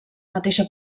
mateixa